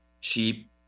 cheap